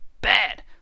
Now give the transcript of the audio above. Bad